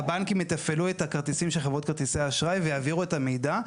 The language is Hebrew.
כשהבנקים יתפעלו את הכרטיסים של חברות כרטיסי האשראי ויעבירו את המידע.